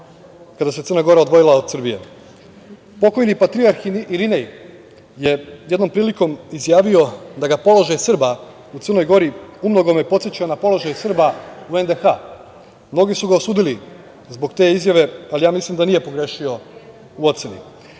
kada se Crna Gora odvojila od Srbije. Pokojni patrijarh Irinej je jednom prilikom izjavio da ga položaj Srba u Crnoj Gori umnogome podseća na položaj Srba u NDH. Mnogi su ga osudili zbog te izjave, ali ja mislim da nije pogrešio u oceni. Bilo